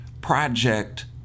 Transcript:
project